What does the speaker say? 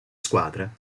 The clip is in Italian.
squadra